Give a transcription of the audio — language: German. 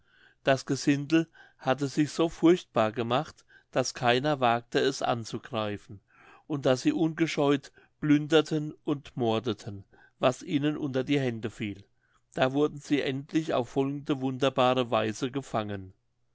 das gesindel hatte sich so furchtbar gemacht daß keiner wagte es anzugreifen und daß sie ungescheut plünderten und mordeten was ihnen unter die hände fiel da wurden sie endlich auf folgende wunderbare weise gefangen